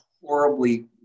horribly